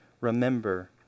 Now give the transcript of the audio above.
remember